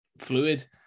Fluid